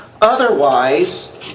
Otherwise